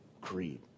creed